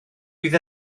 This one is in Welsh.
bydd